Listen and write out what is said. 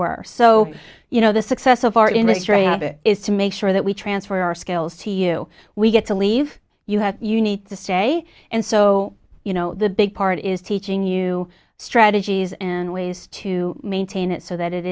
were so you know the success of our industry of it is to make sure that we transfer our skills to you we get to leave you have you need to stay and so you know the big part is teaching you strategies and ways to maintain it so that it